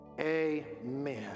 amen